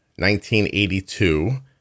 1982